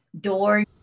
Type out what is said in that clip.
door